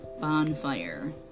Bonfire